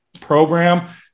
Program